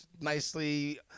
nicely